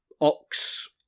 Ox